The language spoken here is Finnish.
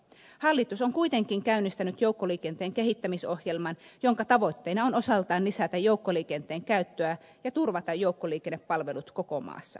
hallitus on kuitenkin käynnistänyt joukkoliikenteen kehittämisohjelman jonka tavoitteena on osaltaan lisätä joukkoliikenteen käyttöä ja turvata joukkoliikennepalvelut koko maassa